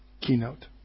Keynote